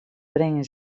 brengen